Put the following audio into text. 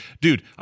Dude